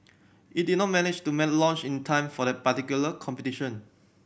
it did not manage to made launch in time for that particular competition